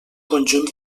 conjunt